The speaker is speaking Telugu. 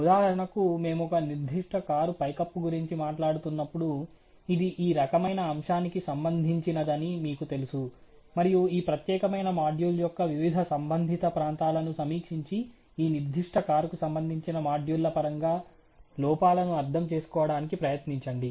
ఉదాహరణకు మేము ఒక నిర్దిష్ట కారు పైకప్పు గురించి మాట్లాడుతున్నప్పుడు ఇది ఈ రకమైన అంశానికి సంబంధించినదని మీకు తెలుసు మరియు ఈ ప్రత్యేకమైన మాడ్యూల్ యొక్క వివిధ సంబంధిత ప్రాంతాలను సమీక్షించి ఈ నిర్దిష్ట కారుకు సంబంధించిన మాడ్యూళ్ల పరంగా లోపాలను అర్థం చేసుకోవడానికి ప్రయత్నించండి